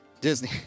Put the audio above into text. Disney